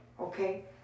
Okay